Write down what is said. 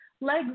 legs